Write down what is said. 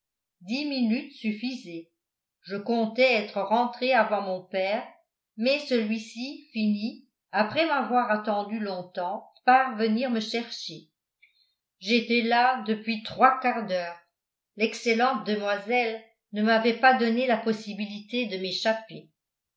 dix minutes suffisaient je comptais être rentré avant mon père mais celui-ci finit après m'avoir attendu longtemps par venir me chercher j'étais là depuis trois quarts d'heure l'excellente demoiselle ne m'avait pas donné la possibilité de m'échapper